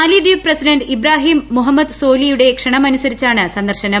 മാലിദ്വീപ് പ്രസിഡന്റ് ഇബ്രാഹിം മുഹമ്മദ് സോലിയുടെ ക്ഷണമനുസരിച്ചാണ് സന്ദർശനം